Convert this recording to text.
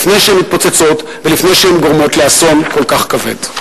לפני שהן מתפוצצות ולפני שהן גורמות לאסון כל כך כבד.